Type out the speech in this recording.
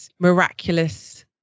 Miraculous